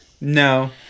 No